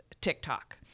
TikTok